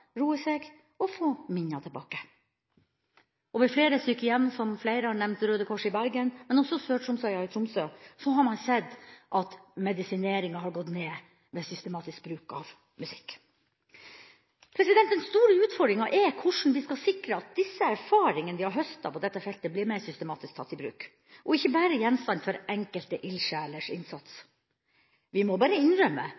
og få minner tilbake. Ved flere sykehjem, som flere har nevnt – Røde Kors i Bergen og Sør-Tromsøya i Tromsø – har man sett at medisineringa har gått ned med systematisk bruk av musikk. Den store utfordringa er hvordan vi skal sikre at de erfaringene vi har høstet på dette feltet, blir mer systematisk tatt i bruk og ikke bare gjenstand for enkelte